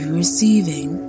receiving